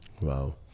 Wow